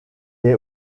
est